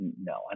No